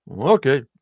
Okay